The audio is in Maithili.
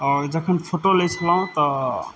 आओर जखन फोटो लै छलहुॅं तऽ